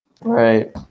Right